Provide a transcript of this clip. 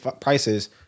prices